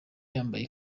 yambaye